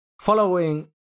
following